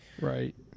Right